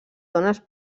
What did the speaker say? dones